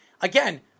again